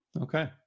Okay